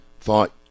thought